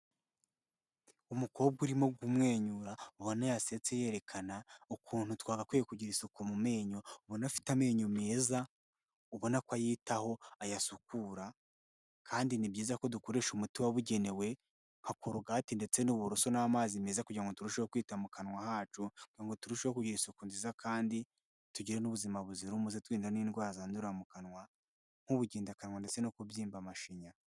Umukobwa urimo kumwenyura ubona yasetse yerekana ukuntu twagakwiye kugira isuku mu menyo, ubona afite amenyo meza, ubona ko ayitaho, ayasukura kandi ni byiza ko dukoresha umuti wabugenewe nka Kogate ndetse n'uburoso n'amazi meza kugira ngo turusheho kwita mu kanwa hacu, kugira ngo turusheho kugira isuku nziza kandi tugire n'ubuzima buzira umuze turindanda n'indwara zandurira mu kanwa nk'ubugendakanwa ndetse no kubyimba amashinya.